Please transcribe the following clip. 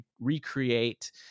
recreate